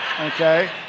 okay